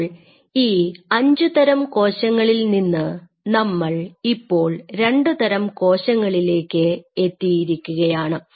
അപ്പോൾ ഈ അഞ്ചു തരം കോശങ്ങളിൽ നിന്ന് നമ്മൾ ഇപ്പോൾ രണ്ടുതരം കോശങ്ങളിലേക്ക് എത്തിയിരിക്കുകയാണ്